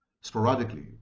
sporadically